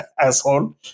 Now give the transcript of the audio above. asshole